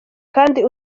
kandi